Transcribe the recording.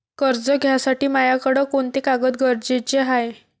कर्ज घ्यासाठी मायाकडं कोंते कागद गरजेचे हाय?